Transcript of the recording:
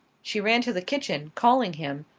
she ran to the kitchen, calling him,